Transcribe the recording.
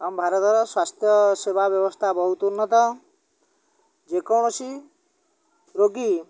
ଆମ ଭାରତର ସ୍ୱାସ୍ଥ୍ୟ ସେବା ବ୍ୟବସ୍ଥା ବହୁତ ଉନ୍ନତ ଯେକୌଣସି ରୋଗୀ